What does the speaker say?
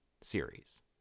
series